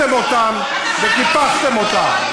והפליתם אותם וקיפחתם אותם.